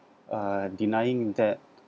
uh denying that